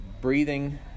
breathing